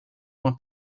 uma